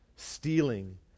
Stealing